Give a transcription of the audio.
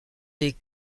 des